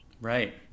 Right